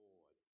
Lord